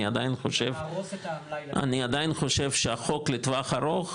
אני עדיין חושב שהחוק לטווח ארוך,